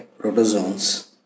protozoans